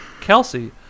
Kelsey